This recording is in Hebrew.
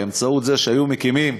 באמצעות זה שהיו מקימים,